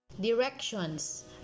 Directions